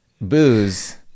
booze